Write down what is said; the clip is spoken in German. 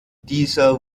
dieser